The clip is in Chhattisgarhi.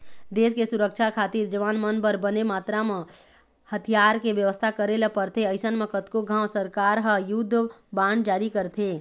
देस के सुरक्छा खातिर जवान मन बर बने मातरा म हथियार के बेवस्था करे ल परथे अइसन म कतको घांव सरकार ह युद्ध बांड जारी करथे